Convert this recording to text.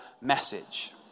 message